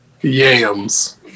Yams